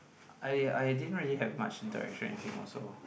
I I didn't really have much interaction with him also